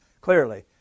clearly